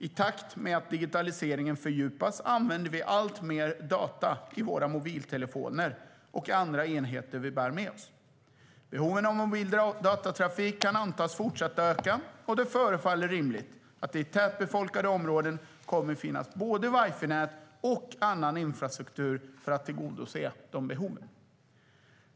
I takt med att digitaliseringen fördjupas använder vi alltmer data i våra mobiltelefoner och i andra enheter vi bär med oss. Behoven av mobil datatrafik kan antas fortsätta öka, och det förefaller rimligt att det i tätbefolkade områden kommer att finnas både wifi-nät och annan infrastruktur för att tillgodose de behoven.